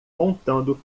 montando